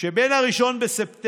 שבין 1 בספטמבר